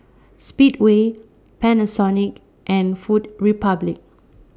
Speedway Panasonic and Food Republic